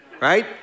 right